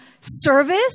service